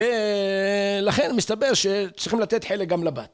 לכן מסתבר שצריכים לתת חלק גם לבת.